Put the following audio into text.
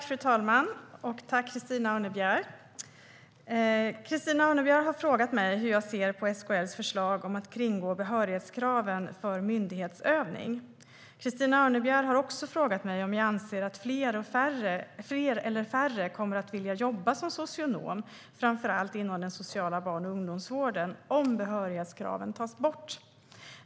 Fru talman! Christina Örnebjär har frågat mig hur jag ser på SKL:s förslag om att kringgå behörighetskraven för myndighetsutövning. Christina Örnebjär har också frågat mig om jag anser att fler eller färre kommer att vilja jobba som socionom, framför allt inom den sociala barn och ungdomsvården, om behörighetskraven tas bort.